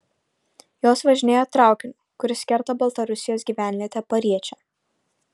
jos važinėja traukiniu kuris kerta baltarusijos gyvenvietę pariečę